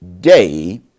day